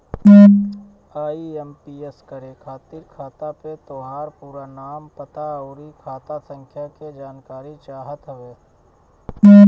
IMPS करे खातिर खाता पे तोहार पूरा नाम, पता, अउरी खाता संख्या के जानकारी चाहत हवे